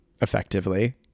effectively